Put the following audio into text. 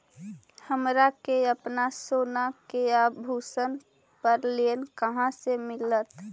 हमरा के अपना सोना के आभूषण पर लोन कहाँ से मिलत?